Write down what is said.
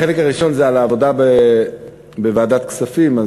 החלק הראשון זה על העבודה בוועדת כספים,